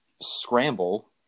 scramble